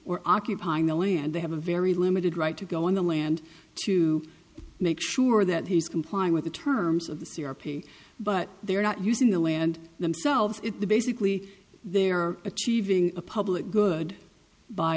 or occupying the land they have a very limited right to go on the land to make sure that he is complying with the terms of the c r p but they are not using the land themselves it basically there are achieving a public good by